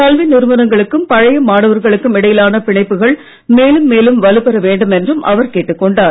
கல்வி நிறுவனங்களுக்கும் பழைய மாணவர்களுக்கும் இடையிலான பிணைப்புகள் மேலும் மேலும் வலுப்பெற வேண்டும் என்றும் அவர் கேட்டுக் கொண்டார்